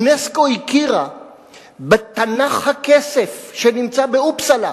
אונסק"ו הכיר ב"תנ"ך הכסף" שנמצא באופסלה,